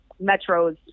Metro's